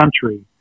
country